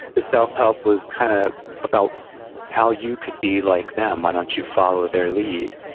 the self-help was kind of about how you could be like them why don't you follow their lead?